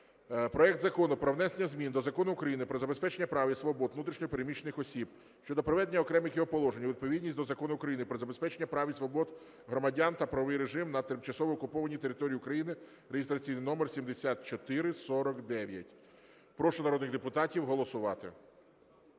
проект Закону про внесення змін до Закону України "Про забезпечення прав і свобод внутрішньо переміщених осіб" щодо приведення окремих його положень у відповідність до Закону України "Про забезпечення прав і свобод громадян та правовий режим на тимчасово окупованій території України" (реєстраційний номер 7449). Прошу народних депутатів голосувати.